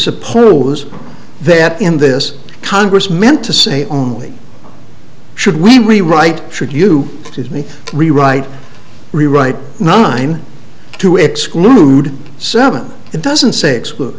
suppose that in this congress meant to say only should we write should you give me rewrite rewrite nine to exclude seven it doesn't say exclude